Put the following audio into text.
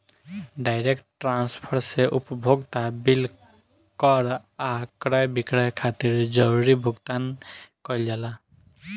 direct transfer से उपभोक्ता bill कर आ क्रय विक्रय खातिर जरूरी भुगतान कईल जाला